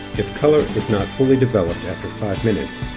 if color is not fully developed after five minutes,